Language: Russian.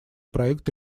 проект